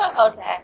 Okay